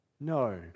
No